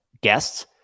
guests